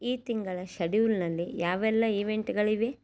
ಈ ತಿಂಗಳ ಶೆಡ್ಯೂಲ್ನಲ್ಲಿ ಯಾವೆಲ್ಲ ಈವೆಂಟ್ಗಳಿವೆ